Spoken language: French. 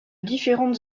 différentes